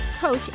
coach